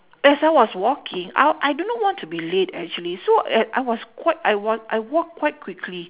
as I was walking out I do not want to be late actually so a~ I was qui~ I wa~ I walked quite quickly